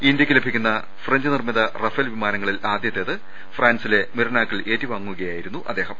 ഇന്ത്യക്ക് ലഭിക്കുന്ന ഫ്രഞ്ച് നിർമ്മിത റഫേൽ വിമാനങ്ങ ളിൽ ആദ്യത്തേത് ഫ്രാൻസിലെ മെറിനാക്കിൽ ഏറ്റുവാങ്ങുകയായി രുന്നു അദ്ദേഹം